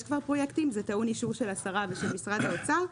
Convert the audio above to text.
יש פרויקטים וזה טעון אישור של השרה ושל משרד האוצר.